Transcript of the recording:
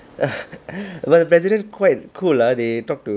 but president quite cool lah they talk to